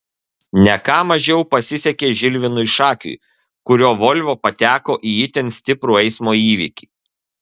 ne ką mažiau pasisekė žilvinui šakiui kurio volvo pateko į itin stiprų eismo įvykį